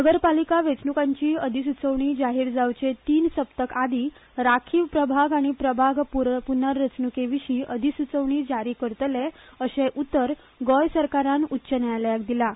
नगरपालिका वेंचणूकांचीं अधिस्चोवणी जाहीर जावचे तीन सप्तक आदीं राखीव प्रभाग आनी प्रभाग पनर्रचणकेविशीं अधिसुचोवणी जारी करतले अशें उतर गोंय सरकारान उच्च न्यायालयाक दिलां